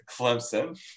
Clemson